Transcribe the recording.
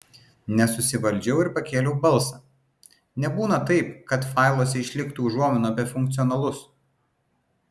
nesusivaldžiau ir pakėliau balsą nebūna taip kad failuose išliktų užuominų apie funkcionalus